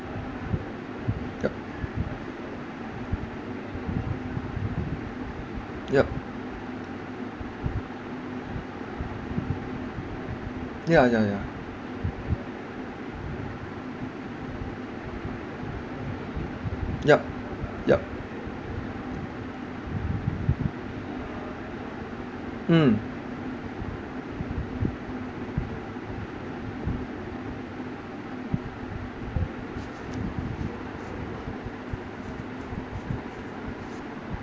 yup yup ya ya ya yup yup mm